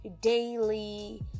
daily